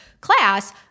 class